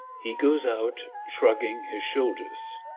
he goes out, shrugging his shoulders.